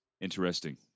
Interesting